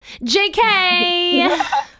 JK